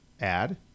add